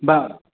ବା